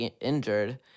injured